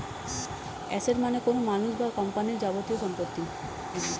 asset মানে কোনো মানুষ বা কোম্পানির যাবতীয় সম্পত্তি